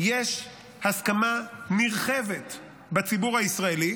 יש הסכמה נרחבת בציבור הישראלי.